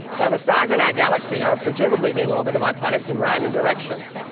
yeah the stars in our galaxy are presumably being orbited by planets in random directions,